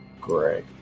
great